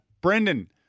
Brendan